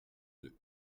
deux